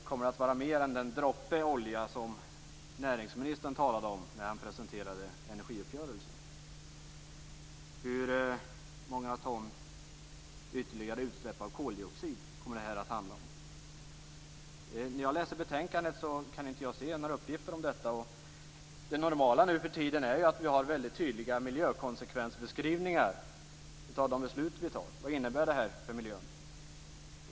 Kommer det att vara mer än den droppe olja som näringsministern talade om när han presenterade energiuppgörelsen? Hur många ton ytterligare i utsläpp av koldioxid kommer det att handla om? Jag kan i betänkandet inte se några uppgifter om detta. Det normala nu för tiden är ju att vi har väldigt tydliga miljökonsekvensbeskrivningar i fråga om de beslut vi fattar, vad de innebär för miljön.